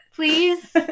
please